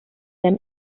them